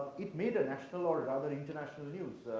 it made a national or rather international news,